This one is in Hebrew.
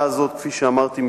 כפי שאמרתי,